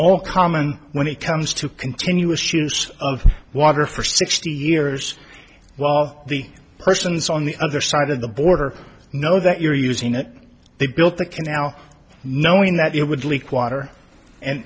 all common when it comes to continuous use of water for sixty years while the persons on the other side of the border know that you're using it they built the can now knowing that it would leak water and